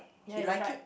ya it's right